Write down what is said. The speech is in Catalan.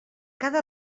cada